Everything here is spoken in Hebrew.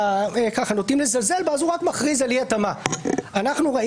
שנוטים לזלזל בה הוא רק מכריז על אי-התאמה ראינו